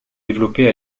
développée